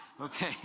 Okay